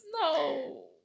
No